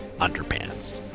underpants